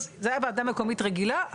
אז זה היה וועדה מקומית רגילה.